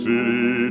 City